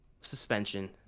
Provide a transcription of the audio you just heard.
suspension